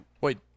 wait